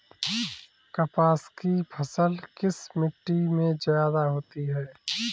कपास की फसल किस मिट्टी में ज्यादा होता है?